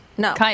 No